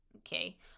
Okay